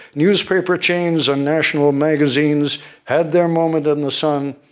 newspaper chains and national magazines had their moment in the sun,